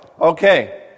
Okay